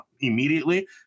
immediately